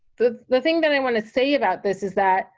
the the thing that i want to say about this is that